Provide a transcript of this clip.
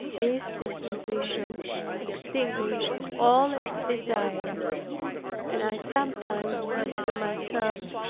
this disposition extinguished all its desires and i sometimes said to myself,